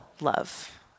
love